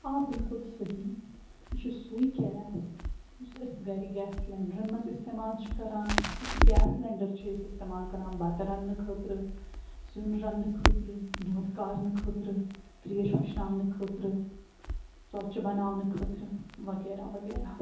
آ بِلکُل صحیح یہِ چھُ سُوے گیس یُس أسۍ گَرِ گیس سِلاینڈرَن منٛز اِستعمال چھِ کران تہٕ سُہ گیس سِلاینڈَر چھِ أسۍ استعمال کران بَتہٕ رَننہٕ خٲطرٕ سِیُن رَننہٕ خٲطرٕ دۄد کارنہٕ خٲطرٕ ترٛیش وُشناونہٕ خٲطرٕ ژۄچہِ بناونہٕ خٲطرٕ وغیرہ وغیرہ